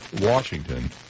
Washington